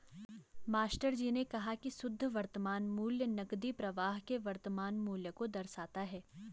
मास्टरजी ने कहा की शुद्ध वर्तमान मूल्य नकदी प्रवाह के वर्तमान मूल्य को दर्शाता है